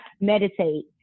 meditate